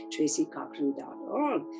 tracycochrane.org